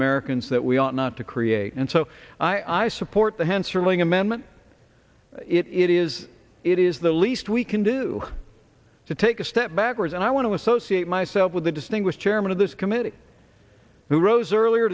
americans that we ought not to create and so i support the hensarling amendment it is it is the least we can do to take a step backwards and i want to associate myself with the distinguished chairman of this committee who rose earlier